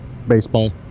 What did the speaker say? Baseball